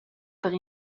per